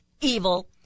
evil